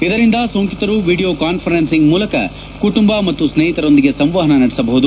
ಇದರಿಂದ ಸೋಂಕಿತರು video conferencing ಮೂಲಕ ಕುಟುಂಬ ಮತ್ತು ಸ್ನೇಹಿತರೊಂದಿಗೆ ಸಂವಹನ ನಡೆಸಬಹುದು